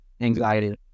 anxiety